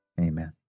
Amen